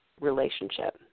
relationship